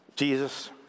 Jesus